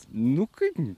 nu kaip